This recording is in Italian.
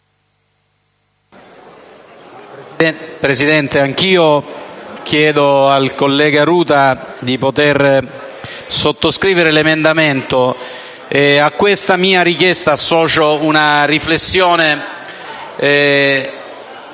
Presidente, anch'io chiedo al collega Ruta di poter sottoscrivere l'emendamento 3.200. A questa mia richiesta associo una riflessione.